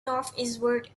northeastward